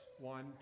one